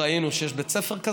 בית ספר ברמת גן,